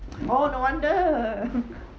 oh no wonder